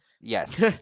Yes